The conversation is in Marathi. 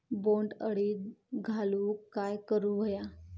बोंड अळी घालवूक काय करू व्हया?